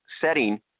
setting